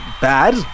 bad